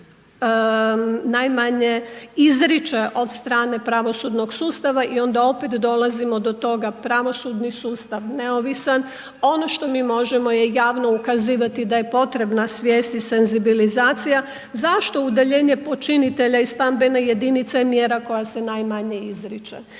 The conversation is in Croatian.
najmanje izriče od strane pravosudnog sustava i onda opet dolazimo do toga pravosudni sustav neovisan, ono što mi možemo je javno ukazivati da je potrebna svijest i senzibilizacija, zašto udaljenje počinitelja i stambene jedinice je mjera koja se najmanje izriče